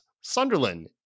Sunderland